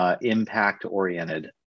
impact-oriented